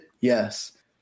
Yes